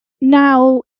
now